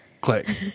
Click